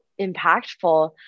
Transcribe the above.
impactful